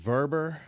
Verber